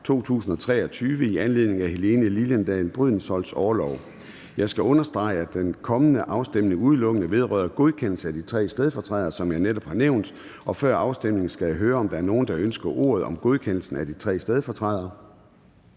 2023 i anledning af Helene Liliendahl Brydensholts orlov. Jeg skal understrege, at den kommende afstemning udelukkende vedrører godkendelse af de tre stedfortrædere, som jeg netop har nævnt. Før afstemningen skal jeg høre, om der er nogen, der ønsker ordet i forbindelse med godkendelsen af de tre stedfortrædere.